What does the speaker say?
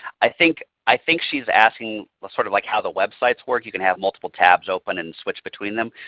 i think i think she's asking sort of like how the website work. you can have multiple tabs open and switch between them.